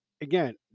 again